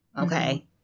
Okay